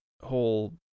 whole